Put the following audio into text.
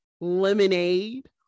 Lemonade